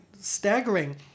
staggering